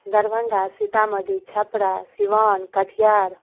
Darbhanga Sitamarhi Chhapra Siwan Katihar